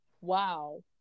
wow